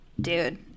dude